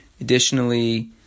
Additionally